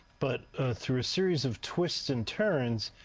but ah through a series of twists and turns,